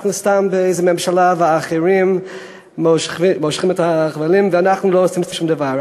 אנחנו סתם באיזו ממשלה ואחרים מושכים בחבלים ואנחנו לא עושים שום דבר.